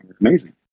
amazing